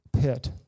pit